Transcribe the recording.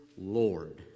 Lord